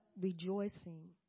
rejoicing